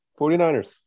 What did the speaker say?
49ers